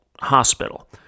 hospital